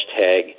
hashtag